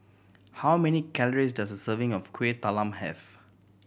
how many calories does a serving of Kueh Talam have